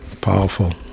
Powerful